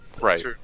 right